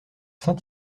saint